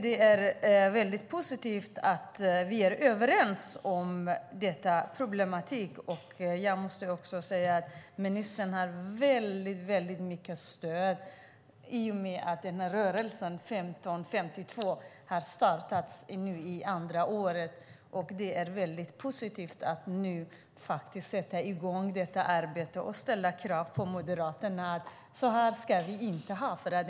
Det är positivt att vi är överens om denna problematik. Jag vill säga att ministern har ett starkt stöd i och med att 15.52-rörelsen startats; den är nu inne på sitt andra år. Det är mycket positivt att det arbetet nu sätter i gång och det ställs krav på Moderaterna om att vi inte ska ha det så här.